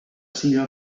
siga